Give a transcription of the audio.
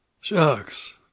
shucks